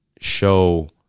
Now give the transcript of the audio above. show